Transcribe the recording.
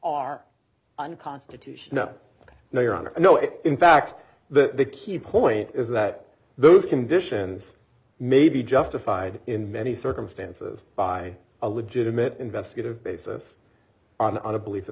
are unconstitutional no your honor no in fact the key point is that those conditions may be justified in many circumstances by a legitimate investigative basis on a belief that